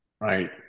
right